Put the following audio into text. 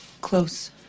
close